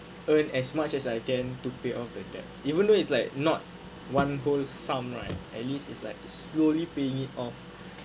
earn as much as I can to pay off the debt even though it's like not one whole sum right at least is like slowly paying it off